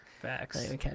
Facts